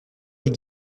les